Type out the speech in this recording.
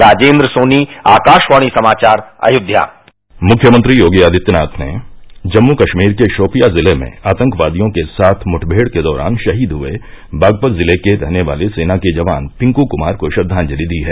राजेंद्र सोनीआकाशवाणी समाचार अयोध्या मुख्यमंत्री योगी आदित्यनाथ ने जम्मू कश्मीर के शोपियां जिले में आतंकवादियों के साथ मुठमेड़ के दौरान शहीद हए बागपत जिले के रहने वाले सेना के जवान पिंक कनार को श्रद्वाजलि दी है